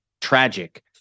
tragic